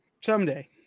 Someday